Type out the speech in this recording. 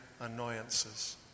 annoyances